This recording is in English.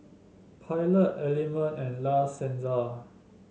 Pilot Element and La Senza